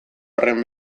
horren